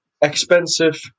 expensive